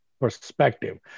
perspective